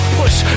push